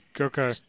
Okay